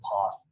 path